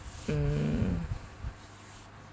mm